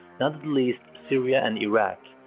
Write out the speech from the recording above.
not at least syria and iraq.